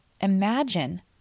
Imagine